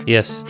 Yes